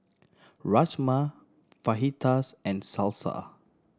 Rajma Fajitas and Salsa